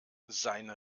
seine